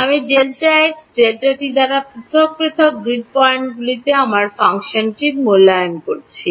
আমি Δx Δt দ্বারা পৃথক পৃথক গ্রিড পয়েন্টগুলিতে আমার ফাংশনটি মূল্যায়ন করছি